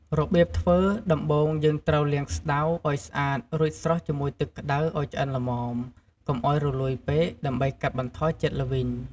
របៀបធ្វើដំបូងយើងត្រូវលាងស្តៅ ឲ្យស្អាត រួចស្រុះជាមួយទឹកក្តៅឲ្យឆ្អិនល្មម កុំឲ្យរលួយពេក ដើម្បីកាត់បន្ថយជាតិល្វីង។